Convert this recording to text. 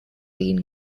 being